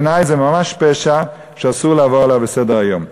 בעיני זה ממש פשע שאסור לעבור עליו לסדר-היום.